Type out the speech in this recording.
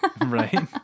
Right